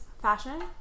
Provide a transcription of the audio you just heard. fashion